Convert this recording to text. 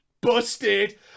Busted